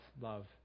love